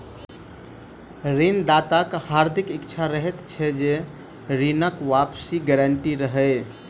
ऋण दाताक हार्दिक इच्छा रहैत छै जे ऋणक वापसीक गारंटी रहय